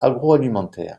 agroalimentaire